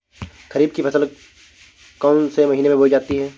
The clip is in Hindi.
खरीफ की फसल कौन से महीने में बोई जाती है?